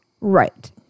Right